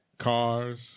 cars